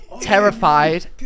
terrified